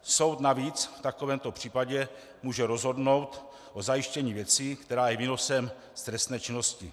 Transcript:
Soud navíc v takovémto případě může rozhodnout o zajištění věci, která je výnosem z trestné činnosti.